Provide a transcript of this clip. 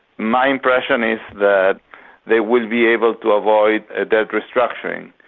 my impression is that they will be able to avoid a debt restructuring.